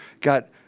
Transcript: got